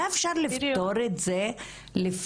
היה אפשר לפתור את זה לפני